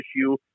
issue